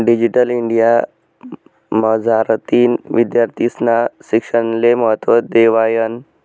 digital India मझारतीन विद्यार्थीस्ना शिक्षणले महत्त्व देवायनं